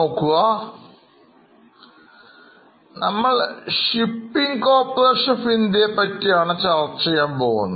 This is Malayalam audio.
നമ്മൾ ഷിപ്പിംഗ് Corporation ഓഫ് ഇന്ത്യയെ പറ്റിയാണ് ചർച്ച ചെയ്യാൻ പോകുന്നത്